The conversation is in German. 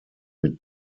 mit